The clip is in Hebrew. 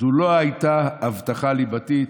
"זו לא הייתה הבטחה ליבתית".